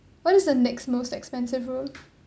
what is the next most expensive room